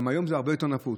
גם היום זה הרבה יותר נפוץ,